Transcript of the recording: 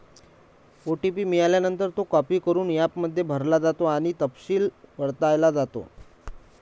OTP मिळाल्यानंतर, तो copy करून ॲपमध्ये भरला जातो आणि तपशील पडताळला जातो